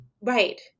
Right